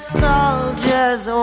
soldier's